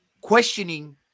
questioning